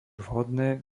vhodné